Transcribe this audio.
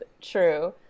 true